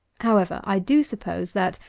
however, i do suppose, that,